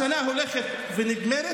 השנה הולכת ונגמרת.